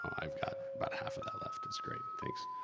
i've got about half of that left, tht's great, thanks.